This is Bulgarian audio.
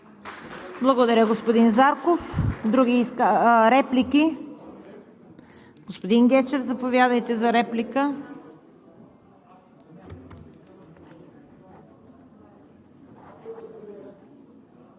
Благодаря, господин Зарков. Реплики? Господин Гечев, заповядайте за реплика. РУМЕН